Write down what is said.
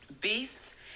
beasts